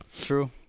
True